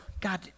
God